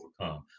overcome